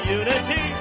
unity